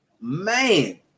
Man